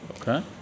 Okay